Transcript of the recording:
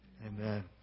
Amen